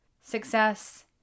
success